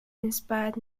inspired